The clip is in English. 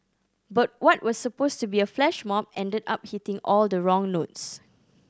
but what was supposed to be a flash mob ended up hitting all the wrong notes